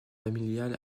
familial